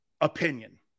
opinion